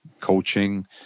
coaching